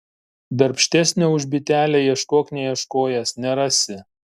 darbštesnio už bitelę ieškok neieškojęs nerasi